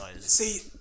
See